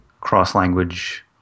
cross-language